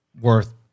worth